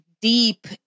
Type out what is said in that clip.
deep